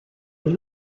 est